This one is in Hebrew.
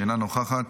אינה נוכחת,